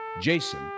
Jason